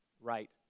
right